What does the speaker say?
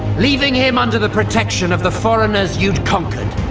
leaving him under the protection of the foreigners you'd conquered.